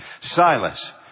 Silas